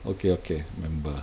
okay okay member